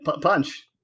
Punch